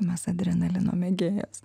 mes adrenalino mėgėjas